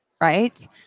right